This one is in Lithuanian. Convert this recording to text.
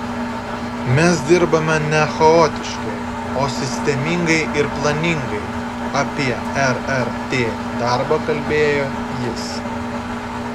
mes dirbame ne chaotiškai o sistemingai ir planingai apie rrt darbą kalbėjo jis